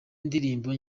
ndirimbo